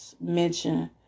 mention